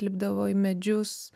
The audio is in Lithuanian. lipdavo į medžius